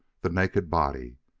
the naked body,